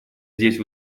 здесь